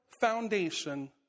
foundation